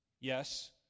Yes